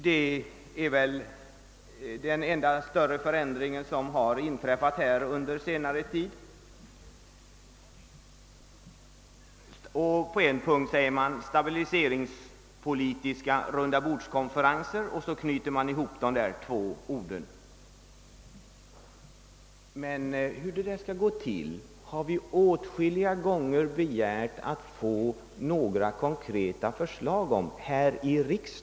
På en punkt talar man dock om stabiliseringspolitiska rundabordskonferenser och knyter sålunda ihop de två orden. Hur sådana konferenser skall gå till har vi åtskilliga gånger här i riksdagen begärt att få konkreta förslag om.